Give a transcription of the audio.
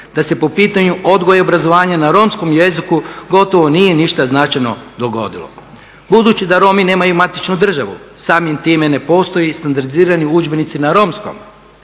da se po pitanju odgoja i obrazovanja na romskom jeziku gotovo nije ništa značajno dogodilo. Budući da Romi nemaju matičnu državu samim time ne postoje standardizirani udžbenici na romskom.